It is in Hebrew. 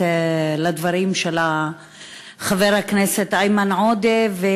תעלה חברת הכנסת עאידה תומא סלימאן,